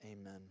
Amen